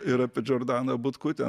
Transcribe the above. ir apie džordaną butkutę